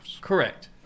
Correct